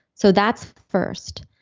so that's first.